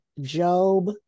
Job